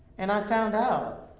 and i found out,